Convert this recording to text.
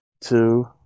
two